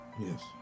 Yes